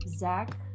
Zach